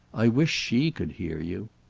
i wish she could hear you!